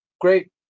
Great